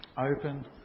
open